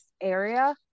area